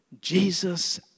Jesus